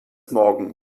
morgen